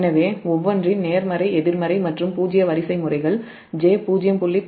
எனவே ஒவ்வொன்றின் நேர்மறை எதிர்மறை மற்றும் பூஜ்ஜிய வரிசைமுறைகள் முறையே j0